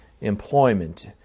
employment